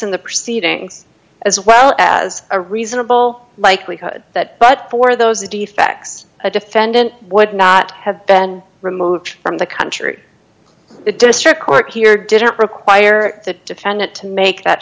in the proceedings as well as a reasonable likelihood that but for those defects a defendant would not have been removed from the country the district court here didn't require the defendant to make that